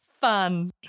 fun